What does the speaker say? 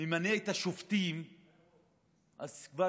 ממנה את השופטים אז כבר